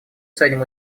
ценим